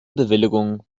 bewilligung